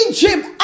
Egypt